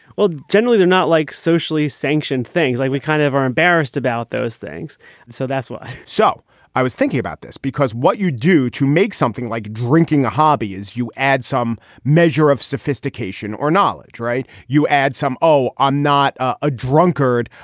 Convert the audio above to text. well, generally, they're not like socially sanctioned things. like we kind of are embarrassed about those things. and so that's why so i was thinking about this because what you do to make something like drinking a hobby is you add some measure of sophistication or knowledge. right. you add some. oh, i'm not a drunkard.